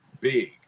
big